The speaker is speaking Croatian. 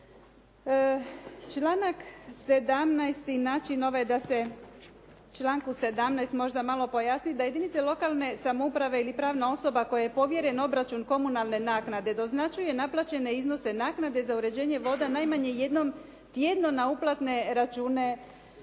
Članak 17. način da se u članku 17. možda malo pojasni da jedinice lokalne samouprave ili pravna osoba kojoj je povjeren obračun komunalne naknade doznačuje naplaćene iznose naknade za uređenje voda najmanje jednom tjedno na uplatne račune